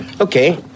Okay